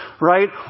Right